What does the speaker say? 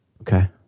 okay